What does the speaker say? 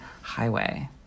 Highway